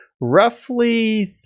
roughly